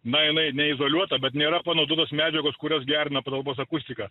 na jinai neizoliuota bet nėra panaudotos medžiagos kurios gerina patalpos akustiką